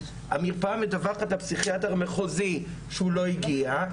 המרפאה מדווחת לפסיכיאטר מחוזי שהוא לא הגיע,